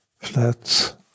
flats